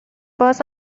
باز